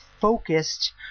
focused